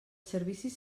servicis